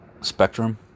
spectrum